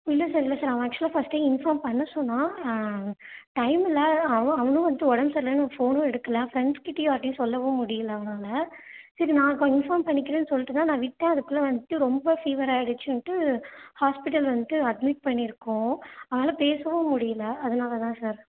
இல்லை சார் இல்லை சார் அவன் ஆக்சுவலாக ஃபஸ்ட்டே இன்ஃபார்ம் பண்ண சொன்னான் டைம் இல்லை அவன் அவனும் வந்துட்டு உடம்பு சரியில்லன்னு ஃபோனும் எடுக்கலை ஃப்ரெண்ட்ஸ்க்கிட்டேயும் யார்ட்டேயும் சொல்லவும் முடியலை அவனால் சரி நான் இன்ஃபார்ம் பண்ணிக்கிறேன்னு சொல்லிட்டு தான் நான் விட்டேன் அதுக்குள்ளே வந்துட்டு ரொம்ப ஃபீவராகிடுச்சின்ட்டு ஹாஸ்பிட்டல் வந்துட்டு அட்மிட் பண்ணியிருக்கோம் அவனால் பேசவும் முடியல அதனால் தான் சார்